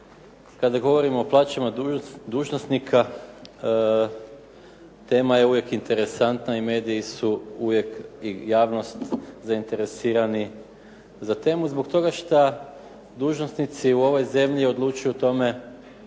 Kada govorimo o plaćama dužnosnika, tema je uvijek interesantna i mediji su uvijek i javnost zainteresirani za temu zbog toga što dužnosnici u ovoj zemlji odlučuju o tome